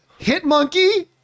Hitmonkey